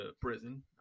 prison